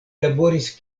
laboris